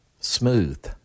smooth